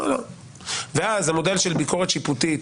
אז המודל של ביקורת שיפוטית